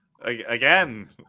again